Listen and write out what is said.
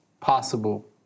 possible